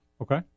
okay